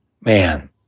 Man